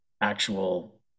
actual